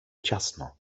ciasno